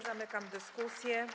Zamykam dyskusję.